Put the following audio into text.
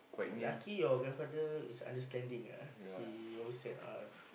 lucky your grandfather is understanding ah he always send us